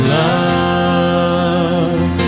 love